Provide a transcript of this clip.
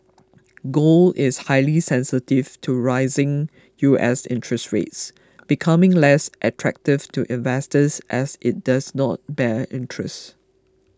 gold is highly sensitive to rising U S interest rates becoming less attractive to investors as it does not bear interest